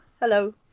Hello